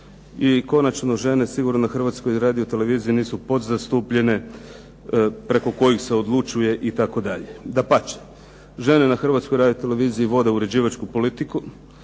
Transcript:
I konačno žene sigurno na Hrvatskoj radioteleviziji nisu podzastupljene preko kojih se odlučuje itd. Dapače, žene na hrvatskoj radioteleviziji vode uređivačku politiku,